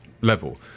level